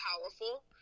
powerful